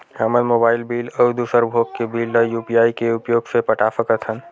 हमन mobile bill अउ दूसर भोग के बिल ला यू.पी.आई के उपयोग से पटा सकथन